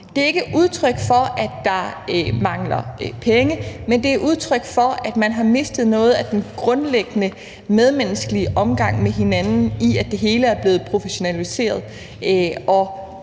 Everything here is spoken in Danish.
Det er ikke udtryk for, at der mangler penge, men det er udtryk for, at man har mistet noget af den grundlæggende medmenneskelighed i omgangen med hinanden, i og med at det hele er blevet professionaliseret. Vi tror,